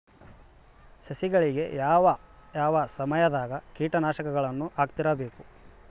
ಸಸಿಗಳಿಗೆ ಯಾವ ಯಾವ ಸಮಯದಾಗ ಕೇಟನಾಶಕಗಳನ್ನು ಹಾಕ್ತಿರಬೇಕು?